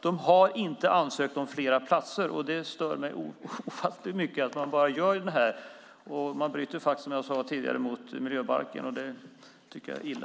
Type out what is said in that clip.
De har inte ansökt om fler platser, och det stör mig ofantligt mycket. Man bryter faktiskt mot miljöbalken, som jag sade tidigare, och det tycker jag är illa.